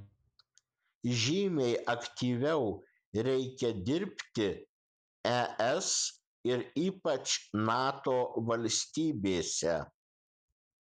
žymiai aktyviau reikia dirbti es ir ypač nato valstybėse